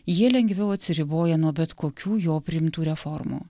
jie lengviau atsiriboja nuo bet kokių jo priimtų reformų